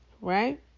right